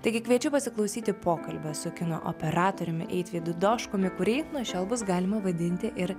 taigi kviečiu pasiklausyti pokalbio su kino operatoriumi eitvydu doškumi kurį nuo šiol bus galima vadinti ir